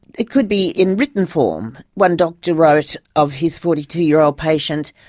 it could be in written form. one doctor wrote of his forty two year old patient,